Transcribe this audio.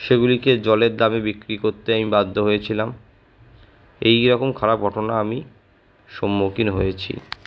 সেইগুলিকে জলের দামে বিক্রি করতে আমি বাধ্য হয়েছিলাম এইরকম খারাপ ঘটনা আমি সম্মুখীন হয়েছি